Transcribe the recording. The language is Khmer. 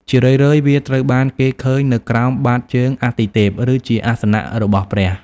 ជារឿយៗវាត្រូវបានគេឃើញនៅក្រោមបាតជើងអាទិទេព ឬជាអាសនៈរបស់ព្រះ។